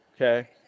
okay